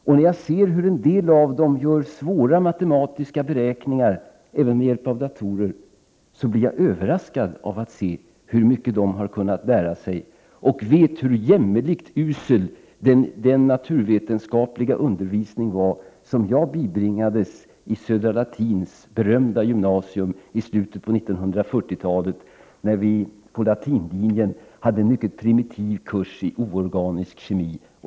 Och när jag ser hur en del av dem gör svåra matematiska beräkningar även med hjälp av datorer blir jag överraskad av att se hur mycket de har kunnat lära sig, samtidigt som jag vet hur jämmerligt usel den naturvetenskapliga undervisningen var som jag bibringades i Södra latins berömda gymnasium i slutet av 1940-talet. Då hade vi på latinlinjen en mycket primitiv kurs i oorganisk kemi.